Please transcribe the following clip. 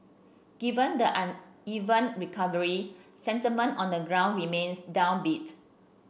given the uneven recovery sentiment on the ground remains downbeat